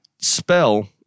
spell